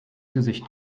gesicht